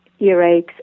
earaches